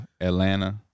Atlanta